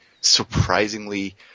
surprisingly